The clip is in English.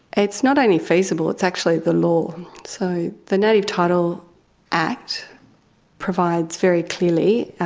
it's not only feasible, it's actually the law. so the native title act provides very clearly,